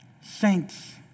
saints